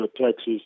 Texas